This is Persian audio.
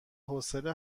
حوصله